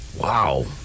Wow